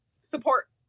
support